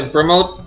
Promote